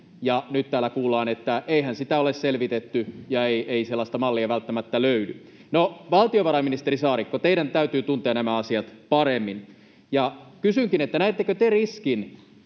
nyt täällä kuullaan, että eihän sitä ole selvitetty ja ei sellaista mallia välttämättä löydy. No, valtiovarainministeri Saarikko, teidän täytyy tuntea nämä asiat paremmin, ja kysynkin, näettekö te riskin,